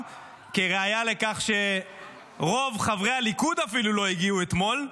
וראיה לכך היא שרוב חברי הליכוד אפילו לא הגיעו אתמול,